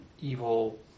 evil